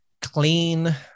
clean